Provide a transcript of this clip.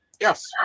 yes